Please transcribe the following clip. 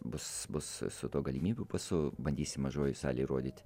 bus bus su tuo galimybių pasu bandysim mažojoj salėj rodyt